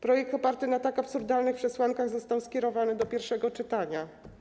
Projekt oparty na tak absurdalnych przesłankach został skierowany do pierwszego czytania.